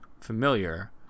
familiar